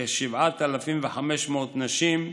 בכ-7,500 נשים,